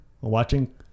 watching